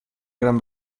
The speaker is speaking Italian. gran